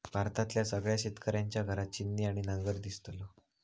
भारतातल्या सगळ्या शेतकऱ्यांच्या घरात छिन्नी आणि नांगर दिसतलो